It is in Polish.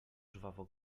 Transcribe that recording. żwawo